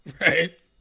Right